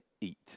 eat